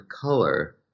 color